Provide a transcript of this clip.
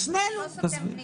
חבר הכנסת --- הוא לא סותם פיות.